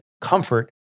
comfort